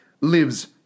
lives